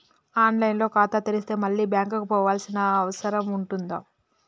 On line లో ఖాతా తెరిస్తే మళ్ళీ బ్యాంకుకు పోవాల్సిన అవసరం ఉంటుందా?